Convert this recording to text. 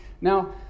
Now